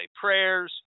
prayers